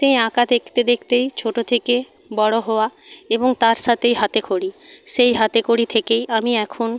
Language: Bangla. সেই আঁকা দেখতে দেখতেই ছোটো থেকে বড়ো হওয়া এবং তার সাথেই হাতেখড়ি সেই হাতেখড়ি থেকেই আমি এখন